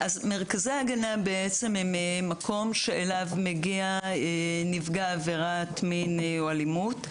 מרכזי הגנה הם מקום שאליו מגיע נפגע עבירת מין או אלימות,